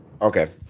Okay